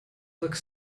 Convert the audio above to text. looked